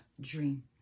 dream